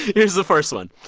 here's the first one.